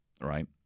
right